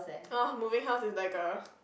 orh moving house is like a